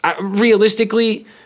Realistically